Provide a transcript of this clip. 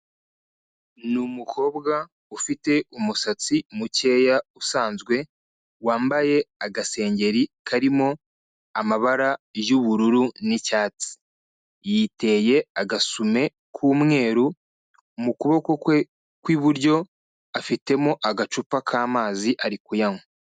Ni umukobwa ufite umusatsi mukeya usanzwe wambaye agasengeri karimo amabara y'ubururu n'icyatsi, yiteye agasumi k'umweru, mu kuboko kwe kw'iburyo afitemo agacupa k'amazi ari kuyanywa.